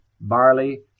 barley